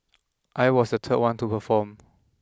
I was the third one to perform